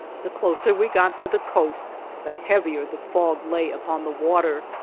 the closer we got to the coast the heavier the fog lay upon the water,